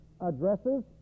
addresses